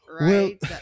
Right